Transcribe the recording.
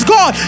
God